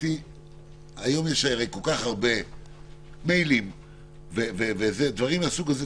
האמת היא שהיום הרי יש כל כך הרבה מיילים ודברים מהסוג הזה.